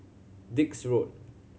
Dix Road